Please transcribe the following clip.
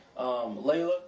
Layla